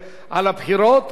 על הבחירות או על החוק.